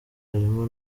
harimo